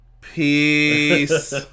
Peace